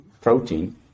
protein